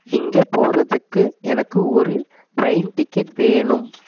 இங்கே போகிறதுக்கு எனக்கு ஒரு ட்ரெயின் டிக்கெட் வேணும்